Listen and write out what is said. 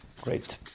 great